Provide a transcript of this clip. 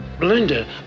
Belinda